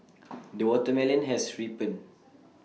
the watermelon has ripened